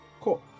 Cool